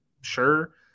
sure